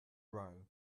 row